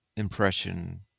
Impression